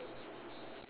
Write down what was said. okay alright